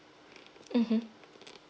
mmhmm